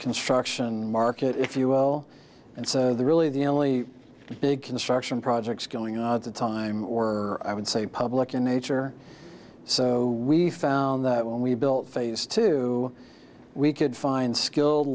construction market if you will and so the really the only big construction projects going on at the time or i would say public in nature so we found that when we built phase two we could find skilled